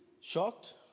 shocked